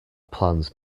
plans